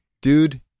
Dude